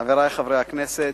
חברי חברי הכנסת,